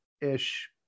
ish